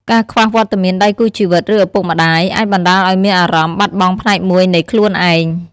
ការខ្វះវត្តមានដៃគូជីវិត ឬឪពុកម្ដាយ អាចបណ្ដាលឲ្យមានអារម្មណ៍បាត់បង់ផ្នែកមួយនៃខ្លួនឯង។